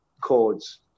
chords